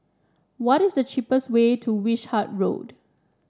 what is the cheapest way to Wishart Road